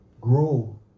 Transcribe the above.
grow